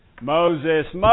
Moses